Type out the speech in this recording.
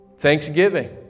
Thanksgiving